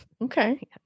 Okay